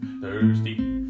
thirsty